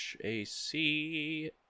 AC